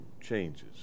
Changes